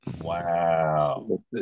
wow